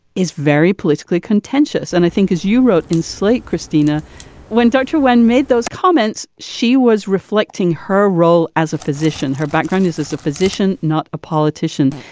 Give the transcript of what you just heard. is very politically contentious and i think as you wrote in slate christina when dr. wen made those comments she was reflecting her role as a physician. her background is as a physician not a politician.